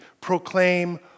proclaim